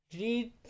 Read